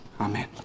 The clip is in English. Amen